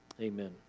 Amen